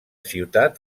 ciutat